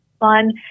fun